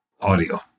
audio